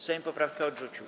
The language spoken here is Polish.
Sejm poprawkę odrzucił.